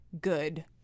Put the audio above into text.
good